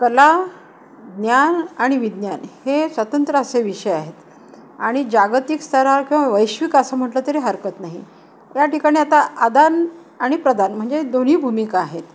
कला ज्ञान आणि विज्ञान हे स्वतंत्र असे विषय आहेत आणि जागतिक स्तरावर किंवा वैश्विक असं म्हटलं तरी हरकत नाही या ठिकाणी आता आदान आणि प्रदान म्हणजे दोन्ही भूमिका आहेत